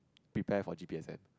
prepare for G_P S_S